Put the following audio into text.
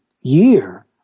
year